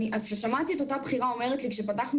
וכששמעתי את אותה בכירה אומרת לי "כשפתחנו